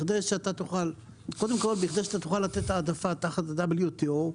בכדי שתוכל לתת העדפה תחת WTO,